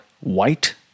white